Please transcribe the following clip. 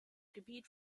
gebiet